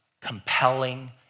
compelling